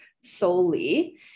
solely